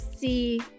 see